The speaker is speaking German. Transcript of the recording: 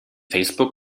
facebook